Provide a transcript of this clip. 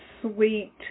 sweet